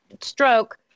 stroke